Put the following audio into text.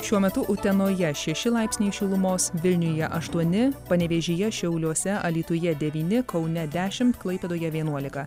šiuo metu utenoje šeši laipsniai šilumos vilniuje aštuoni panevėžyje šiauliuose alytuje devyni kaune dešimt klaipėdoje vienuolika